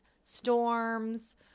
storms